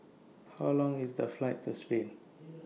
How Long IS The Flight to Spain